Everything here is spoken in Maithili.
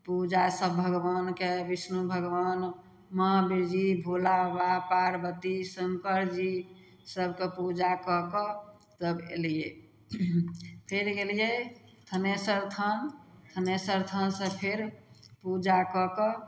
पूजा सब भगवानके विष्णु भगवान महावीर जी भोलाबाबा पार्वती शङ्कर जी सबके पूजा कऽ कऽ तब अयलियै फेर गेलियै थनेसर स्थान थनेसर स्थानसँ फेर पूजा कऽ कऽ